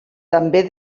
també